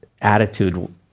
attitude